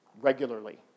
regularly